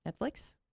Netflix